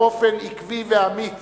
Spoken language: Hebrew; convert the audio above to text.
באופן עקבי ואמיץ,